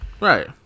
right